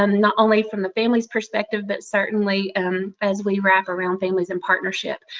um not only from the family's perspective, but certainly um as we wrap around families and partnership.